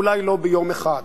אולי לא ביום אחד,